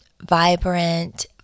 vibrant